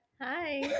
hi